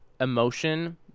emotion